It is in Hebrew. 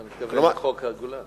אתה מתכוון לחוק הגולן?